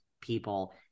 people